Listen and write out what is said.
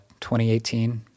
2018